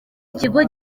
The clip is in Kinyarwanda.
ikigo